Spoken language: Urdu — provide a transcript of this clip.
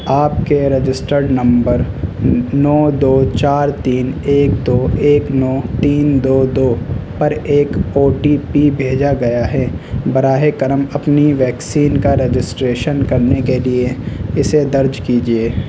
آپ کے رجسٹرڈ نمبر نو دو چار تین ایک دو ایک نو تین دو دو پر ایک او ٹی پی بھیجا گیا ہے براہ کرم اپنی ویکسین کا رجسٹریشن کرنے کے لیے اسے درج کیجیے